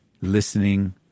listening